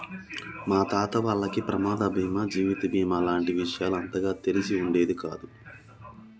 మా తాత వాళ్లకి ప్రమాద బీమా జీవిత బీమా లాంటి విషయాలు అంతగా తెలిసి ఉండేది కాదు